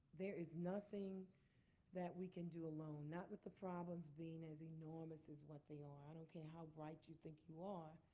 there is nothing that we can do alone, not with the problems being as enormous as what they are. i don't care how bright you think are.